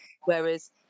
Whereas